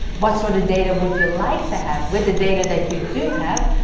what sort of data would you like to have? with the data that you do have,